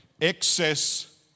Excess